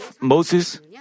Moses